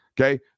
okay